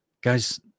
Guys